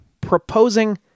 proposing